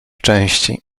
części